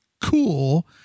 cool